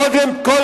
קודם כול,